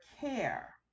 care